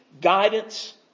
guidance